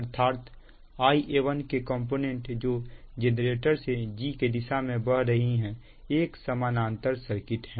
अर्थात Ia1 के component जो जेनरेटर से g के दिशा में बह रही है एक समानांतर सर्किट है